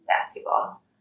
basketball